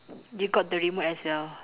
you got the remote as well